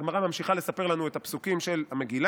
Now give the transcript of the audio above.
הגמרא ממשיכה לספר לנו את הפסוקים של המגילה: